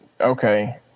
okay